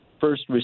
first